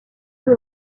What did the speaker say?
que